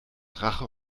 rache